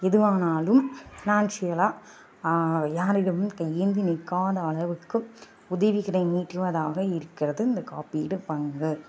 எதுவானாலும் ஃபினான்ஷியலாக யாரிடமும் கையேந்தி நிற்காத அளவுக்கு உதவிக்கரம் நீட்டுவதாக இருக்கிறது இந்த காப்பீடு பங்கு